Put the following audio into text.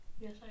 Yes